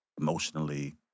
emotionally